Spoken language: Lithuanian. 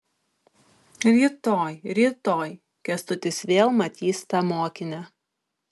rytoj rytoj kęstutis vėl matys tą mokinę